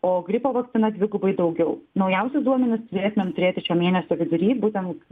o gripo vakcina dvigubai daugiau naujausius duomenis turėtumėm turėti šio mėnesio vidury būtent